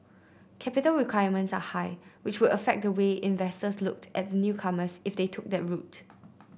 capital requirements are high which would affect the way investors looked at the newcomers if they took that route